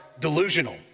delusional